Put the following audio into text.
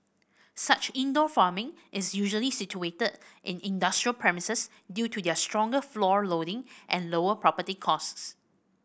such indoor farming is usually situated in industrial premises due to their stronger floor loading and lower property costs